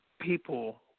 people